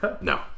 No